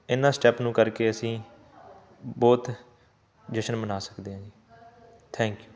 ਇਨ੍ਹਾਂ ਸਟੈਪ ਨੂੰ ਕਰਕੇ ਅਸੀਂ ਬਹੁਤ ਜਸ਼ਨ ਮਨਾ ਸਕਦੇ ਹਾਂ ਜੀ ਥੈਂਕਿ ਊ